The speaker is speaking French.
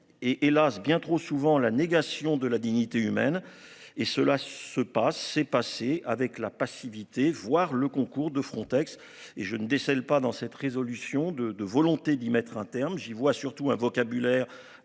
et hélas bien trop souvent la négation de la dignité humaine, et cela se passe, c'est passé avec la passivité, voire le concours de Frontex et je ne décèle pas dans cette résolution de, de volonté d'y mettre un terme. J'y vois surtout un vocabulaire